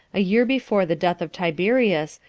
a year before the death of tiberius,